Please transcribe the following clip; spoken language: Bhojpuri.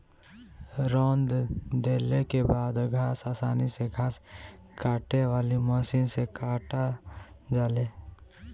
रौंद देले के बाद घास आसानी से घास काटे वाली मशीन से काटा जाले